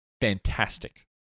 fantastic